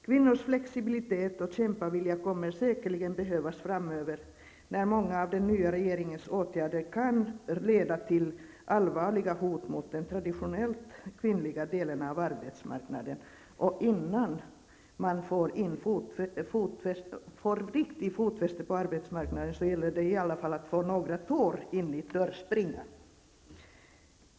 Kvinnors flexibilitet och kämpavilja kommer säkerligen att behövas framöver när många av den nya regeringens åtgärder kan leda till allvarliga hot mot den traditionellt kvinnliga delen av arbetsmarknaden. Innan man får ett riktigt fotfäste på arbetsmarknaden gäller det i alla fall att få in några tår i dörrspringan.